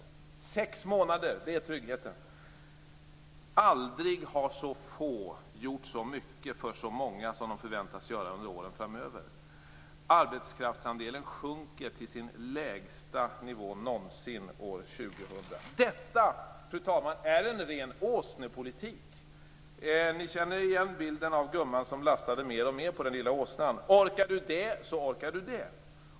Sex månader är tryggheten. Aldrig har så få gjort så mycket för så många som de förväntas göra under åren framöver. Arbetskraftsandelen sjunker till sin lägsta nivå någonsin år 2000. Detta är, fru talman, en ren åsnepolitik. Ni känner igen bilden med gumman som lastade mer och mer på den lilla åsnan. Orkar du det så orkar du det.